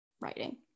writing